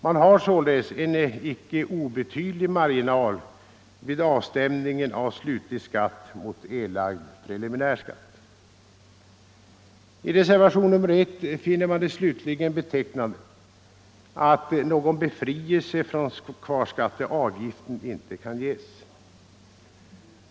Man har således en icke obetydlig marginal vid avstämningen av slutlig skatt mot erlagd preliminär skatt. I reservationen 1 finner man det slutligen betecknande att någon befrielse från kvarskatteavgiften inte kan ges.